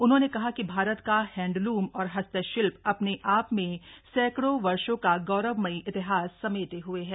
उन्होंने कहा कि भारत का हैंडलूम और हस्तशिल्प अपने आप में सैकड़ों वर्षों का गौरवमयी इतिहास समेटे हुए है